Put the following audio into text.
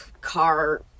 car